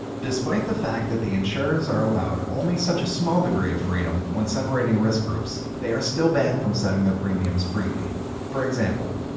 despite the fact that the insurers are allowed only such a small degree of freedom when separating risk groups, they are still banned from setting their premiums freely for example,